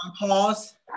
Pause